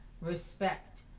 respect